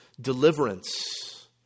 deliverance